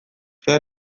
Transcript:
zer